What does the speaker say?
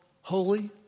holy